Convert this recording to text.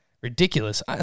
ridiculous